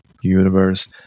universe